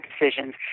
decisions